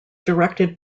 directed